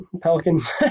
pelicans